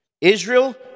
Israel